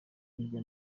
hirya